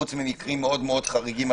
חוץ ממקרים מאוד מאוד חריגים,